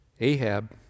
Ahab